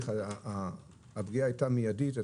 הפגיעה הייתה מיידית.